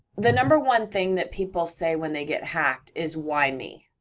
the number one thing that people say when they get hacked is, why me?